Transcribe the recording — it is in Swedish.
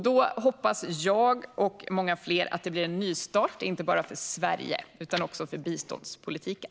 Då hoppas jag och många fler att det blir en nystart, inte bara för Sverige utan också för biståndspolitiken.